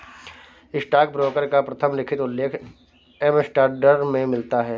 stockbroker का प्रथम लिखित उल्लेख एम्स्टर्डम में मिलता है